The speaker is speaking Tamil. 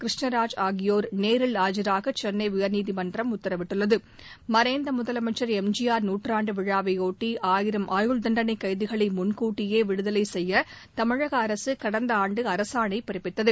கிருஷ்ணராஜ் ஆகியோர் நேரில் ஆஜராக சென்னை உயர்நீதிமன்றம் உத்தரவிட்டுள்ளது மறைந்த முதலமைச்சர் எம் ஜி ஆர் நூற்றாண்டு விழாவை ஒட்டி ஆயிரம் ஆயுள் தண்டனை கைதிகளை முன்கூட்டியே விடுதலை செய்ய தமிழக அரசு கடந்த ஆண்டு அரசாணை பிறப்பித்தது